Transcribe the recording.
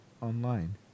online